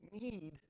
need